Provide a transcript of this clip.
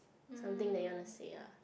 something that you want to say lah